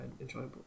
enjoyable